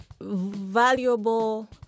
valuable